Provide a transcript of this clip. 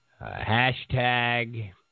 Hashtag